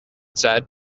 said